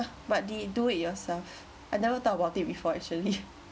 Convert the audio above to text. but the do it yourself I never thought about it before actually